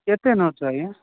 କେତେ ନେଉଛ ଆଜ୍ଞା